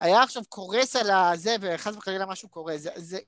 היה עכשיו קורס על הזה, וחס וחלילה משהו קורה, זה...